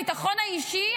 הביטחון האישי,